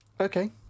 Okay